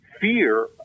fear